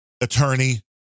attorney